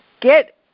get –